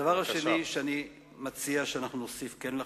הדבר השני שאני מציע שנוסיף כן לחוק,